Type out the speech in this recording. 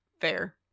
Fair